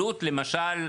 משילות למשל,